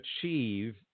achieve